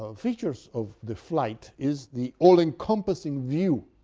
ah features of the flight is the all encompassing view